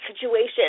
situation